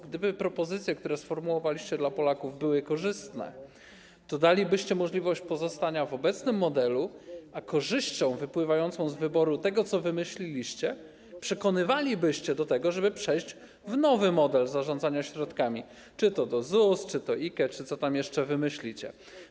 Gdyby propozycje, które sformułowaliście dla Polaków, były korzystne, to dalibyście im możliwość pozostania w obecnym modelu, a korzyścią wypływającą z wyboru tego, co wymyśliliście, przekonywalibyście do tego, żeby przejść do nowego modelu zarządzania środkami, czy to do ZUS, czy do IKE, czy co tam jeszcze wymyślicie.